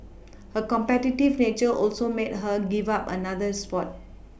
her competitive nature also made her give up another sport